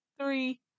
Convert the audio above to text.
Three